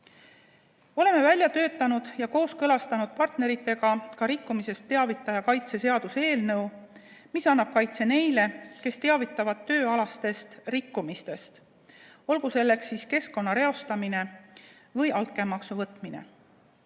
Oleme välja töötanud ja kooskõlastanud partneritega ka rikkumisest teavitaja kaitse seaduse eelnõu, mis annab kaitse neile, kes teavitavad tööalastest rikkumistest, olgu selleks keskkonna reostamine või altkäemaksu võtmine.